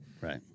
right